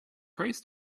prays